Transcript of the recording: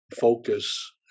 focus